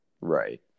Right